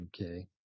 okay